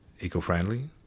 eco-friendly